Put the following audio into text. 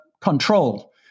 control